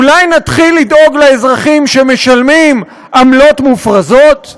אולי נתחיל לדאוג לאזרחים שמשלמים עמלות מופרזות?